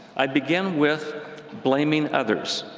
i begin with blaming others,